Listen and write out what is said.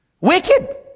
Wicked